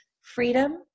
freedom